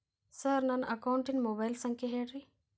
sir ನನ್ನ ಅಕೌಂಟಿನ mobile ಸಂಖ್ಯೆ ಹೇಳಿರಿ